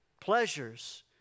pleasures